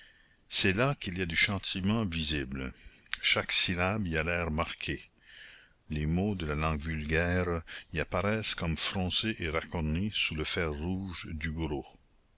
c'est là qu'il y a du châtiment visible chaque syllabe y a l'air marquée les mots de la langue vulgaire y apparaissent comme froncés et racornis sous le fer rouge du bourreau